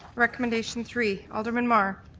recommendation three, alderman mar?